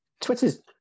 Twitter's